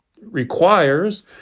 requires